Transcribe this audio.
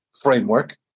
framework